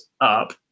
up